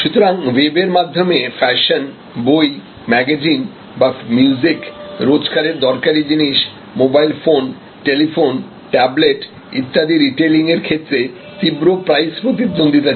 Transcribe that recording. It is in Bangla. সুতরাং ওয়েব এর মাধ্যমে ফ্যাশন বই ম্যাগাজিনবা মিউজিক রোজ কারের দরকারি জিনিস মোবাইল ফোন টেলিফোন ট্যাবলেট ইত্যাদি রিটেইলিং এর ক্ষেত্রে তীব্র প্রাইস প্রতিদ্বন্দ্বীতা চলে